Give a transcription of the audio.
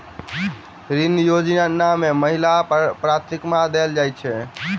ऋण योजना मे महिलाकेँ प्राथमिकता देल जाइत छैक की?